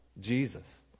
Jesus